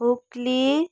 Hooghly